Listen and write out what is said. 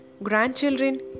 grandchildren